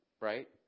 right